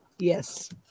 Yes